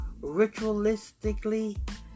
ritualistically